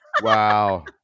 Wow